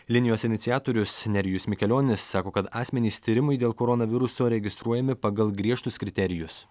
linijos iniciatorius nerijus mikelionis sako kad asmenys tyrimui dėl koronaviruso registruojami pagal griežtus kriterijus